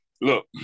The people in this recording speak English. look